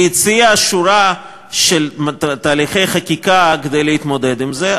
והציע שורה של תהליכי חקיקה כדי להתמודד עם זה.